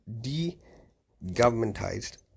de-governmentized